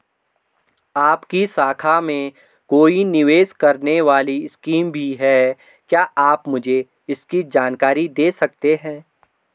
आपकी शाखा में कोई निवेश करने वाली स्कीम भी है क्या आप मुझे इसकी जानकारी दें सकते हैं?